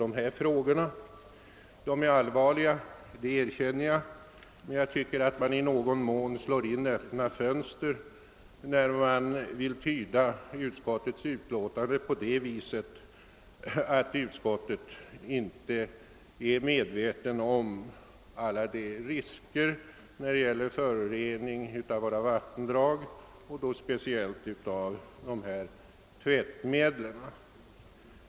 Jag medger gärna att de är allvarliga, men man slår i viss mån in öppna dörrar när man vill tyda utskottets utlåtande så, att utskottet inte skulle vara medvetet om alla de risker som finns för förorening av våra vattendrag, speciellt på grund av tvättmedel.